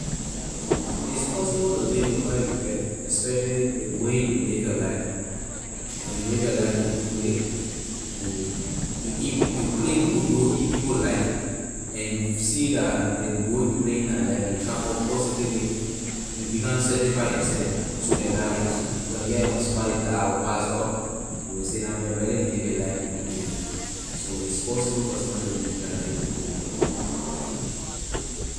It is possible to live without regret especially ley way you live your life when you live your life ley good way you will you e- you play good role in people life and you see that ley role you play in their life will come up positively you become satisfy yourself so like that is because here when somebody die or pass off we will say la man really live his life ley good way. so is possible for somebody to live their live their life ley good way.